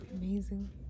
Amazing